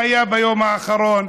שהיה ביום האחרון.